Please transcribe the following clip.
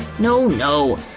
no, no.